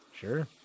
Sure